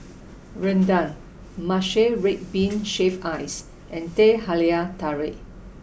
Rendang Matcha Red Bean Shaved Ice and Teh Halia Tarik